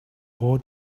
war